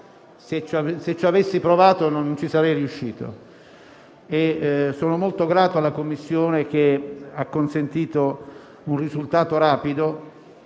se ci avessi provato, non ci sarei riuscito. Sono molto grato alla Commissione, che ha consentito un risultato rapido